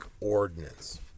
ordinance